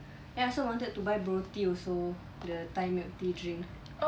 then I also wanted to buy broti also the thai milk tea drink